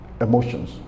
emotions